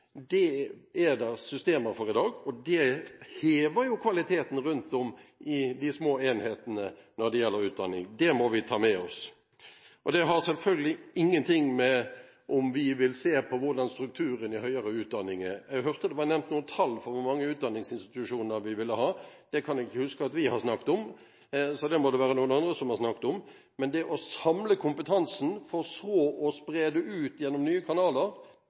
Det er det systemer for i dag, og det hever jo kvaliteten rundt om i de små enhetene når det gjelder utdanning. Det må vi ta med oss. Det har selvfølgelig ingenting å gjøre med om vi vil se på hvordan strukturen i høyere utdanning er. Jeg hørte det var nevnt noen tall for hvor mange utdanningsinstitusjoner vi ville ha. Det kan jeg ikke huske at vi har snakket om, så det må det være noen andre som har snakket om. Men det å samle kompetansen for så å spre den ut gjennom nye kanaler